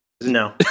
No